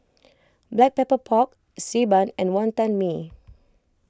Black Pepper Pork Xi Ban and Wonton Mee